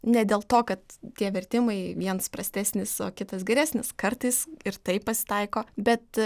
ne dėl to kad tie vertimai viens prastesnis o kitas geresnis kartais ir taip pasitaiko bet